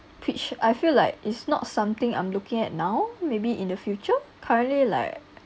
which I feel like it's not something I'm looking at now maybe in the future currently like